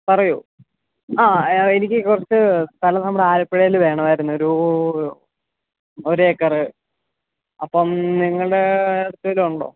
പറയൂ ആ എനിക്ക് കുറച്ച് സ്ഥലം നമ്മുടെ ആലപ്പുഴയിൽ വേണമായിരുന്നൊരു ഒരേക്കർ അപ്പം നിങ്ങളുടെ കസ്റ്റഡിയിലുണ്ടോ